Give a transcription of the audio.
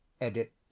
edit